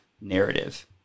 narrative